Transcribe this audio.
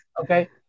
okay